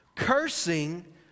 Cursing